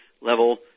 level